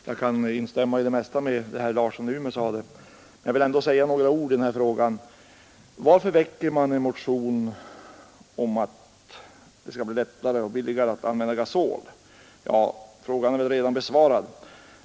Herr talman! Jag kan instämma i det mesta av det som herr Larsson i Umeå framhöll, men jag vill ändå säga några ord i denna fråga. Varför väcker man en motion om att det skall bli lättare och billigare att använda gasol? Ja, frågan är väl redan besvarad.